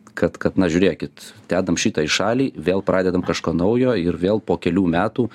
kad kad na žiūrėkit dedam šitą į šalį vėl pradedam kažką naujo ir vėl po kelių metų